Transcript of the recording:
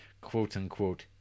quote-unquote